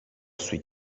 sui